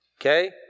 okay